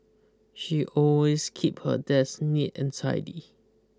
she always keep her desk neat and tidy